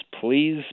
please